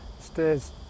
stairs